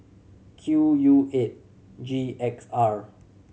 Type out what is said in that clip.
Q U eight G X R